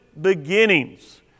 Beginnings